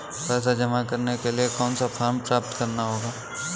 पैसा जमा करने के लिए कौन सा फॉर्म प्राप्त करना होगा?